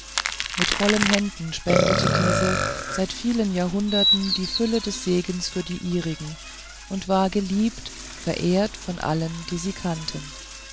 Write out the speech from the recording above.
mit vollen händen spendete diese seit vielen jahrhunderten die fülle des segens über die ihrigen und war geliebt verehrt von allen die sie kannten